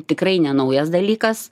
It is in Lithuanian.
tikrai ne naujas dalykas